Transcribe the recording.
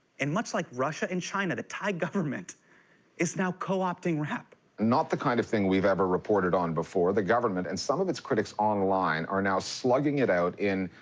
and much like russia and china, the thai government is now co-opting rap. not the kind of thing we've ever reported on before. the government and some of its critics online are now slugging it out in,